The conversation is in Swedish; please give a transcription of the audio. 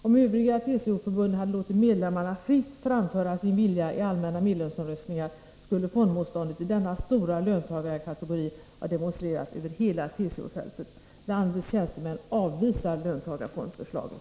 Om övriga TCO-förbund hade låtit medlemmarna fritt framföra sin vilja i allmänna medlemsomröstningar, skulle fondmotståndet i denna stora löntagarkategori ha demonstrerats över hela TCO-fältet. Landets tjänstemän avvisar löntagarfondsförslaget.